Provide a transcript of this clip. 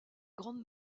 grandes